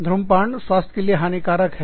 धूम्रपान स्वास्थ्य के लिए हानिकारक है